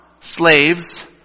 slaves